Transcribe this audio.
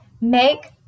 make